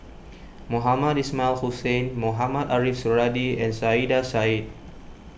Mohamed Ismail Hussain Mohamed Ariff Suradi and Saiedah Said